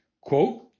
Quote